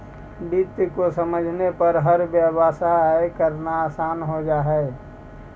वित्त को समझने पर हर व्यवसाय करना आसान हो जा हई